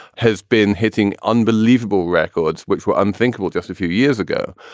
has been hitting unbelievable records, which were unthinkable just a few years ago.